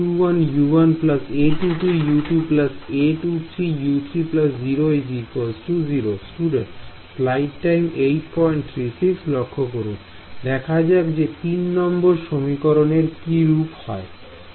A21U1 A22U2 A23U3 0 0 Student দেখা যাক যে তিন নম্বর সমীকরণের কিরূপ হবে